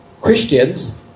Christians